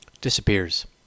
disappears